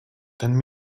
ten